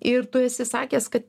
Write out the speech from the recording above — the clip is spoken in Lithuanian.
ir tu esi sakęs kad